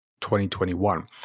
2021